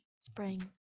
spring